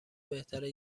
بهتره